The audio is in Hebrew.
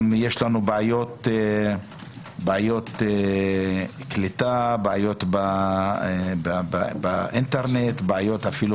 גם יש לנו בעיות קליטה, בעיות באינטרנט ואפילו